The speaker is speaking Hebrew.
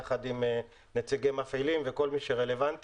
יחד עם נציגי מפעילים וכל מי שרלוונטי,